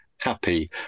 happy